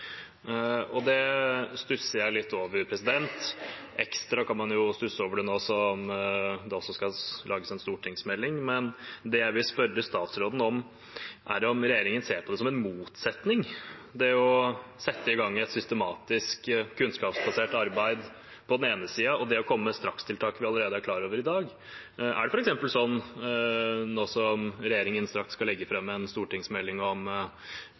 strakstiltak. Det stusser jeg litt over. Ekstra kan man stusse over det nå som det skal lages en stortingsmelding. Det jeg vil spørre statsråden om, er om regjeringen ser en motsetning mellom det å sette i gang et systematisk, kunnskapsbasert arbeid på den ene siden og det å komme med strakstiltak mot det vi allerede er klar over i dag? Er det f.eks. sånn, nå som regjeringen straks skal legge fram en stortingsmelding om